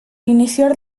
iniciar